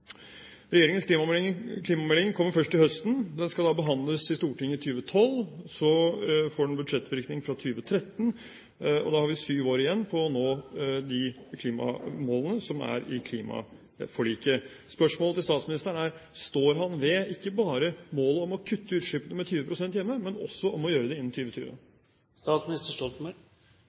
Regjeringens klimamelding kommer først til høsten. Den skal da behandles i Stortinget i 2012. Så får den budsjettvirkning fra 2013. Da har vi syv år igjen på å nå de klimamålene som er i klimaforliket. Spørsmålet til statsministeren er: Står han ved ikke bare målet om å kutte utslippene med 20 pst. hjemme, men også målet om å gjøre det innen